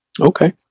Okay